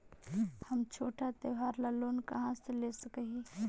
हम छोटा त्योहार ला लोन कहाँ से ले सक ही?